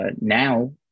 now